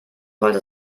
sollte